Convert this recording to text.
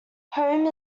home